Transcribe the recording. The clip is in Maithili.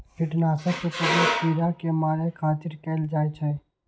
कीटनाशक के प्रयोग कीड़ा कें मारै खातिर कैल जाइ छै